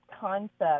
concept